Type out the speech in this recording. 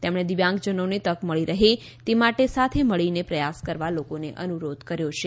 તેમણે દિવ્યાંગજનોને તક મળી રહે તે માટે સાથે મળી ને પ્રયાસ કરવા લોકોને અનુરોધ કર્યો છે